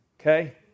okay